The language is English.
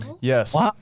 Yes